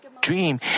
dream